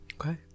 Okay